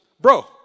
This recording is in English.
bro